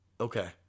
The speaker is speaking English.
Okay